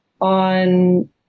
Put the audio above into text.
on